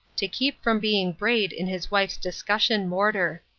to keep from being brayed in his wife's discussion-mortar.